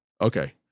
Okay